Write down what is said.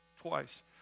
twice